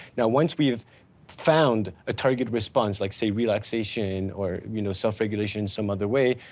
now once we've found a target response, like say relaxation, or you know self regulation some other way,